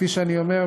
כפי שאני אומר,